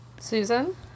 Susan